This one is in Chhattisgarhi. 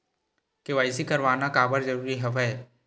के.वाई.सी करवाना काबर जरूरी हवय?